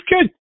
good